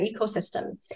ecosystem